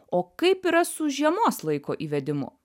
o kaip yra su žiemos laiko įvedimu